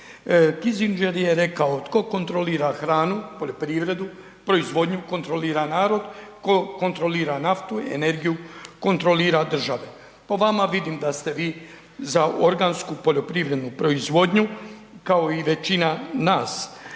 Kissinger je rekao tko kontrolira hranu, poljoprivredu, proizvodnju, kontrolira narod, tko kontrolira naftu, energiju, kontrolira države, po vama vidim da ste vi za organsku poljoprivrednu proizvodnju, kao i većina nas,